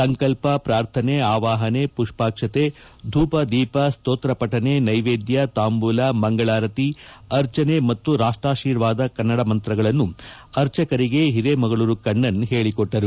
ಸಂಕಲ್ಪ ಪೂರ್ಥನೆ ಅವಾಪನೆ ಪುಷ್ಷಾಕ್ಷತೆ ಧೂಪ ದೀಪ ಸ್ತೋತ್ರ ಪಠನೆ ನೈವೇದ್ಯ ತಾಂಬೂಲ ಮಂಗಳಾರತಿ ಅರ್ಚನೆ ಮತ್ತು ರಾಷ್ಟಾಶೀರ್ವಾದ ಕನ್ನಡ ಮಂತ್ರಗಳನ್ನು ಅರ್ಚಕರಿಗೆ ಹಿರೇಮಗಳೂರು ಕಣ್ಣನ್ ಹೇಳಿಕೊಟ್ಟರು